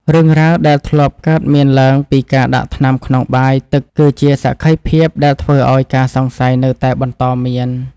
រឿងរ៉ាវដែលធ្លាប់កើតមានឡើងពីការដាក់ថ្នាំក្នុងបាយទឹកគឺជាសក្ខីភាពដែលធ្វើឱ្យការសង្ស័យនៅតែបន្តមាន។